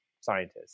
scientists